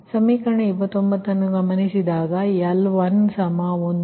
ಸಮೀಕರಣ 29ನ್ನು ಗಮನಿಸಿದಾಗ L11